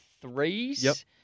threes